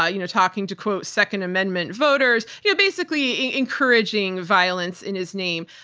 ah you know talking to quote second amendment voters. you know basically encouraging violence in his name.